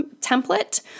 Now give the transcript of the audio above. template